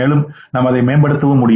மேலும் நாம் அதை மேம்படுத்தலாம்